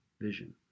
vision